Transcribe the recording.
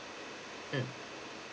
mm